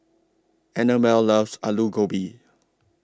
Annabelle loves Alu Gobi